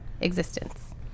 existence